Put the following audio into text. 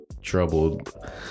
troubled